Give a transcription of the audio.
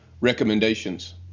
recommendations